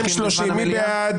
1,235 מי בעד?